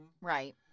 Right